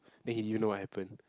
then he you know what happen